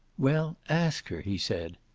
well, ask her, he said.